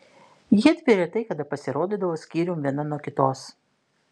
jiedvi retai kada pasirodydavo skyrium viena nuo kitos